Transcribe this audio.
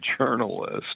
journalist